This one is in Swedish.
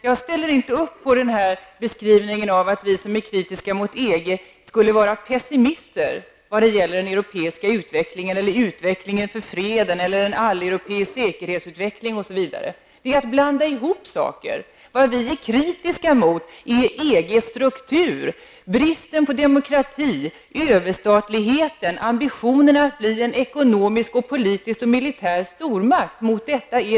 Jag ställer inte upp på beskrivningen att vi som är kritiska mot EG skulle vara pessimister i vad gäller den europeiska utvecklingen, utvecklingen för freden eller en alleuropeisk säkerhetsutveckling. Det är att blanda ihop saker. Vi är kritiska mot EGs struktur, bristen på demokrati, överstatligheten och ambitionen att bli en ekonomisk, politisk och militär stormakt.